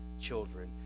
children